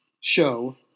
show –